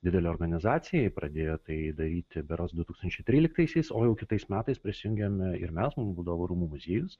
didelė organizacija ji pradėjo tai daryti berods du tūkstančiai tryliktaisiais o jau kitais metais prisijungėme ir mes valdovų rūmų muziejus